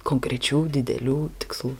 konkrečių didelių tikslų